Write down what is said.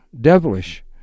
devilish